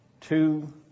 Two